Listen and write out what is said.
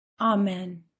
Amen